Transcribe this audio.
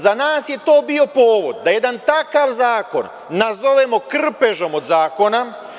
Za nas je to bio povodom da jedan takav zakon nazovemo krpežom od zakona.